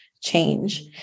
change